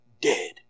dead